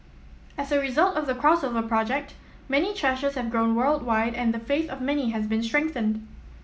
as a result of the Crossover Project many churches have grown worldwide and the faith of many has been strengthened